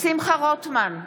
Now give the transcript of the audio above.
שמחה רוטמן,